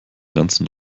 ganzen